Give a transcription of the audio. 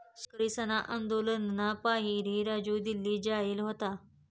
शेतकरीसना आंदोलनना पाहिरे राजू दिल्ली जायेल व्हता